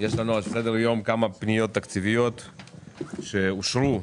יש לנו על סדר היום כמה פניות תקציביות שאושרו